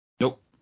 Nope